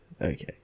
okay